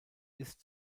ist